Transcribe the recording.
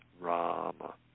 Rama